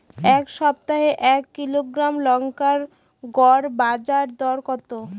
এই সপ্তাহে এক কিলোগ্রাম লঙ্কার গড় বাজার দর কত?